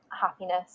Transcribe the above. happiness